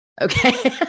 Okay